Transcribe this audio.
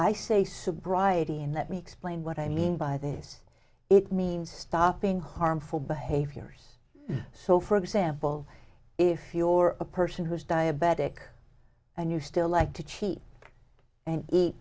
i say sobriety and let me explain what i mean by this it means stopping harmful behaviors so for example if you're a person who's diabetic and you still like to cheat and eat